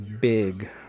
big